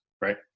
right